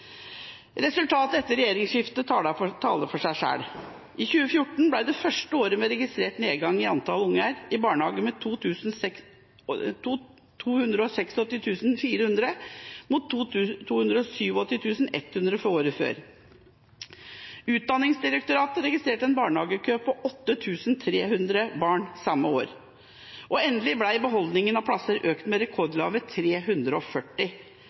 Resultatet etter regjeringsskiftet taler for seg. 2014 ble det første året med registrert nedgang i antall barn i barnehage – 286 400 mot 287 100 året før. Utdanningsdirektoratet registrerte en barnehagekø på 8 300 barn samme år. Og endelig ble beholdningen av plasser økt med rekordlave 340